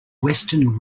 western